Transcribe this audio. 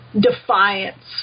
defiance